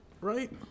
Right